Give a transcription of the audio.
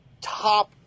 top